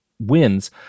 wins